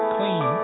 Clean